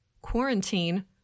quarantine